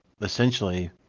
essentially